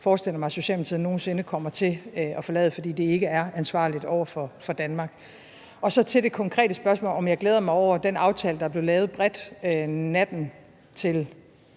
ikke forestiller mig at Socialdemokratiet nogen sinde kommer til at forlade, fordi det ikke vil være ansvarligt over for Danmark. Så til det konkrete spørgsmål, om jeg glæder mig over den aftale, der blev lavet bredt natten til